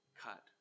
cut